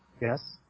Yes